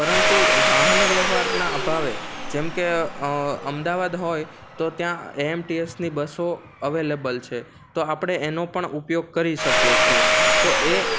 પરંતુ વાહનવ્યવહારના અભાવે જેમ કે અમદાવાદ હોય તો ત્યાં એએમટીએસની બસો અવેલેબલ છે તો આપણે એનો પણ ઉપયોગ કરી શકીએ છીએ તો એ